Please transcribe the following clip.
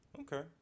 Okay